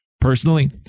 personally